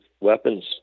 weapons